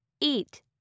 eat